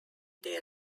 their